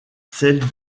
celle